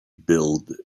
billed